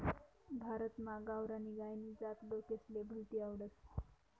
भारतमा गावरानी गायनी जात लोकेसले भलतीस आवडस